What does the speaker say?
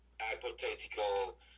hypothetical